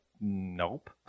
nope